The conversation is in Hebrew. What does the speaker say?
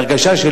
ההרגשה שלי,